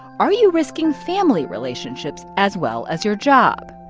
are you risking family relationships, as well as your job?